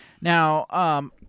Now –